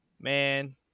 man